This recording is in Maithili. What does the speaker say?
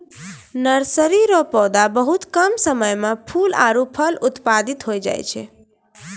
नर्सरी रो पौधा बहुत कम समय मे फूल आरु फल उत्पादित होय जाय छै